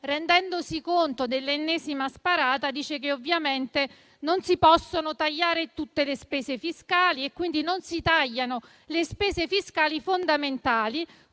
rendendosi conto dell'ennesima sparata, dice che, ovviamente, non si possono tagliare tutte le spese fiscali. Quindi, non si tagliano le spese fiscali fondamentali